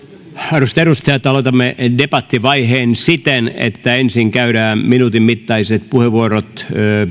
arvoisat edustajat aloitamme debattivaiheen siten että ensin käydään minuutin mittaiset puheenvuorot